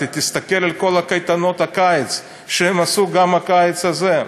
תסתכל על כל קייטנות הקיץ שהם עשו, גם הקיץ הזה.